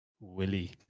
Willie